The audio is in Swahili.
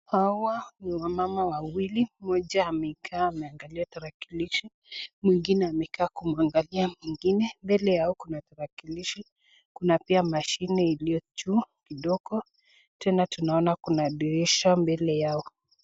Hawa ni wamama wawili. Mmoja amekaa anaangalia tarakilishi, mwengine amekaaa kumuangalia mwengine mbele yao kuna tarakilishi ,kuna pia mashini iliyo juu kidogo tena tunaona kuna dirisha mbele yao.